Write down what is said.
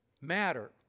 matter